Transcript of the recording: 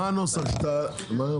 מה הנוסח שמשרד